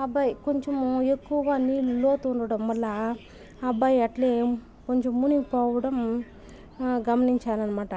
ఆ అబ్బాయ్ కొంచము ఎక్కువగా నీళ్ళు లోతు ఉండడం వల్ల ఆ అబ్బాయి అట్లే కొంచం మునిగిపోవడం గమనించారనమాట